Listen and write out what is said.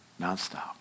nonstop